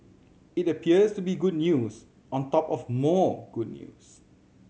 it appears to be good news on top of more good news